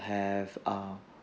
have err